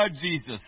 Jesus